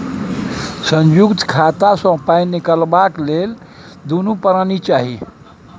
संयुक्त खाता सँ पाय निकलबाक लेल दुनू परानी चाही